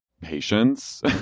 patience